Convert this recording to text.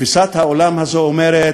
תפיסת העולם הזאת אומרת: